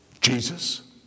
Jesus